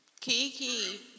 Kiki